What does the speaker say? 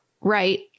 right